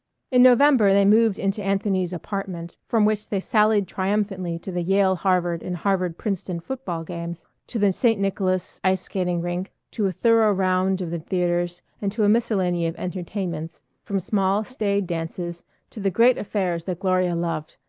in november they moved into anthony's apartment, from which they sallied triumphantly to the yale-harvard and harvard-princeton football games, to the st. nicholas ice-skating rink, to a thorough round of the theatres and to a miscellany of entertainments from small, staid dances to the great affairs that gloria loved,